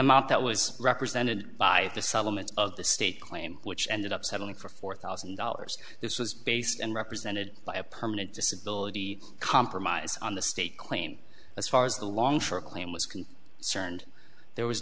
amount that was represented by the settlement of the state claim which ended up settling for four thousand dollars this was based and represented by a permanent disability compromise on the state claim as far as the long for a claim was can cerned there was